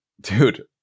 Dude